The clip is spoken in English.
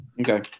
Okay